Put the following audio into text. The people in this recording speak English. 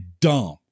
dumb